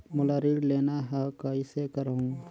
मोला ऋण लेना ह, कइसे करहुँ?